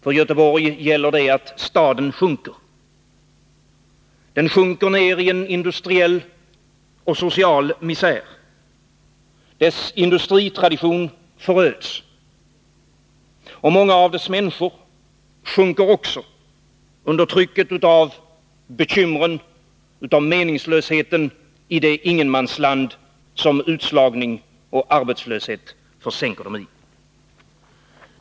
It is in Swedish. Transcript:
För Göteborg gäller det att staden sjunker. Den sjunker ner i en industriell och social misär. Dess industritradition föröds, och många av dess människor sjunker också under Nr 80 trycket av bekymren och meningslösheten i det ingenmansland som Måndagen den utslagning och arbetslöshet försänker dem i.